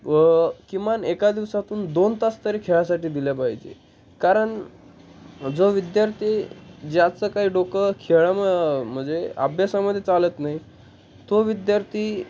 व किमान एका दिवसातून दोन तास तरी खेळासाठी दिले पाहिजे कारण जो विद्यार्थी ज्याचं काही डोकं खेळाम म्हणजे अभ्यासामध्ये चालत नाही तो विद्यार्थी